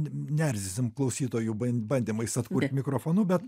neerzinsim klausytojų ban bandymais atkurt mikrofonu bet